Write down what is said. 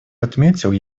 отметил